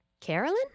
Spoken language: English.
Carolyn